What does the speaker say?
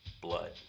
blood